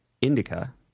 indica